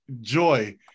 joy